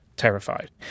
terrified